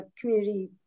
community